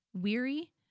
Weary